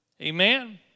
Amen